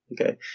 Okay